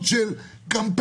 ראיתי את זה בצורה ברורה לגמרי.